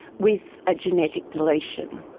with a genetic deletion.